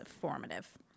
formative